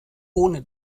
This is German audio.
ohne